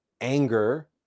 anger